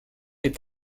est